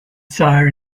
sire